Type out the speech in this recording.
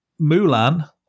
Mulan